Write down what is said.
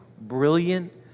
brilliant